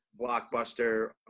Blockbuster